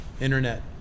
Internet